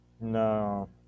No